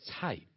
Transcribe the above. type